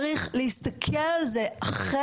צריך להסתכל על זה אחרת.